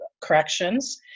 corrections